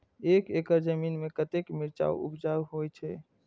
एक एकड़ जमीन में कतेक मिरचाय उपज होई छै?